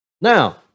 Now